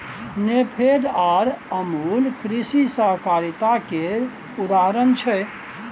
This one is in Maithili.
नेफेड आर अमुल कृषि सहकारिता केर उदाहरण छै